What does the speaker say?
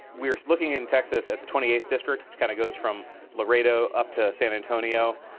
we are looking in texas at the twentieth district which kind of goes from laredo up to san antonio,